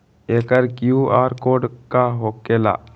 एकर QR code का होकेला?